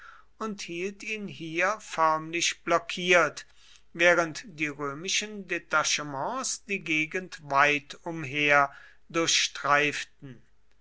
und hielt ihn hier förmlich blockiert während die römischen detachements die gegend weit umher